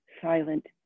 silent